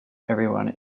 everyone